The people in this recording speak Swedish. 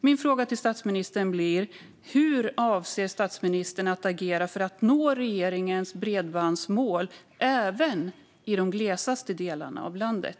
Min fråga till statsministern är: Hur avser statsministern att agera för att nå regeringens bredbandsmål även i de glesaste delarna av landet?